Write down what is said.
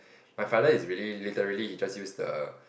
my father is really literally he just use the